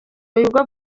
bigo